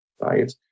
right